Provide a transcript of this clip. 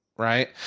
Right